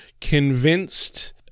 convinced